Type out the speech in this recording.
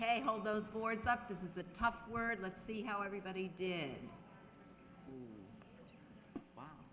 ok hold those boards up this is a tough word let's see how everybody did